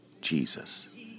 Jesus